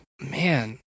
man